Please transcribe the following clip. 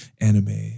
anime